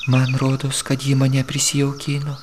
man rodos kad ji mane prisijaukino